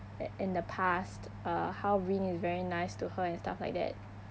in the past uh how wind is very nice to her and stuff like that